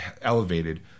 Elevated